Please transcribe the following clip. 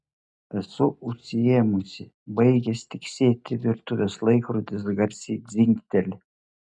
esu užsiėmusi baigęs tiksėti virtuvės laikrodis garsiai dzingteli